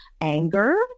anger